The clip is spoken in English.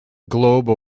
globe